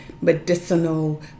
medicinal